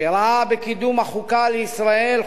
שראה בקידום החוקה לישראל,